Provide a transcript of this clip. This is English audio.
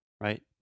right